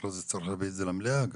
אחרי זה צריך להביא את זה למליאה גם.